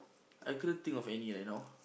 I couldn't think of any right now